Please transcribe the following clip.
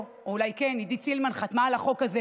בבקשה, בבקשה.